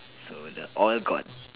so the oil got